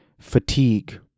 fatigue